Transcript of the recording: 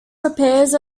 repairs